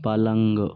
पलंग